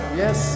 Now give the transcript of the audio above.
yes